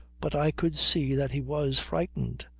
but i could see that he was frightened.